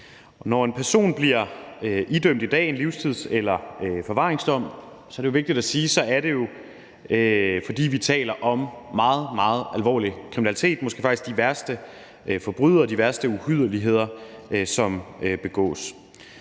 Når en person i dag bliver idømt en livstids- eller forvaringsdom, er det jo – det er vigtigt at sige – fordi vi taler om meget, meget alvorlig kriminalitet, måske faktisk de værste forbrydere og de værste uhyrligheder, som begås.